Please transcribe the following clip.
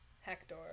Hector